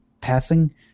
passing